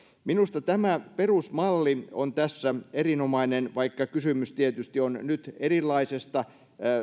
minusta tämä perusmalli on tässä erinomainen vaikka kysymys tietysti on nyt erilaisesta